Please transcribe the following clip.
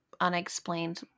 unexplained